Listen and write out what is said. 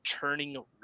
Turning